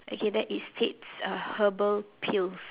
okay there is six uh herbal pills